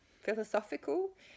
philosophical